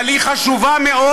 אבל היא חשובה מאוד,